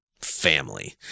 Family